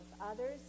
others